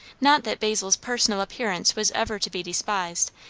not that basil's personal appearance was ever to be despised,